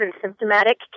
symptomatic